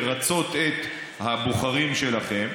לרצות את הבוחרים שלהם.